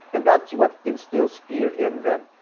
and that's what instils fear in them.